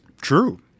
True